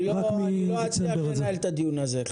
חברים, לא אצליח לנהל את הדיון הזה.